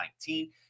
2019